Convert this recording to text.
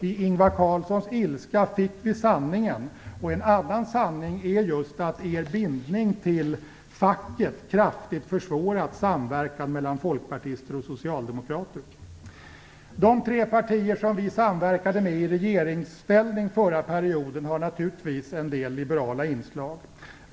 I Ingvar Carlssons ilska fick vi sanningen. En annan sanning är just att er bindning till facket kraftigt försvårat samverkan mellan folkpartister och socialdemokrater. De tre partier som vi samverkade med i regeringsställning under den förra perioden har naturligtvis en del liberala inslag.